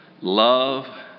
Love